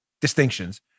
distinctions